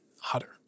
hotter